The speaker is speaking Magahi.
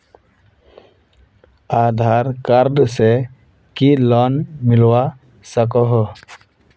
आधार कार्ड से की लोन मिलवा सकोहो?